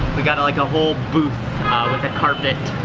we got and like a whole booth with a carpet.